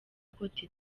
côte